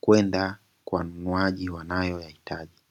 kwenda kwa wanunuaji wanayoyahitaji.